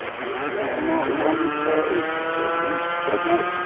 is there not one face that you study?